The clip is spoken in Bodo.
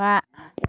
बा